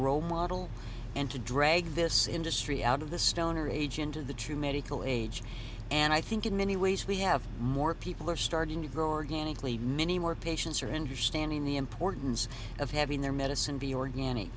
role model and to drag this industry out of the stone or age into the true medical age and i think in many ways we have more people are starting to grow organically many more patients are into stand in the importance of having their medicine be organic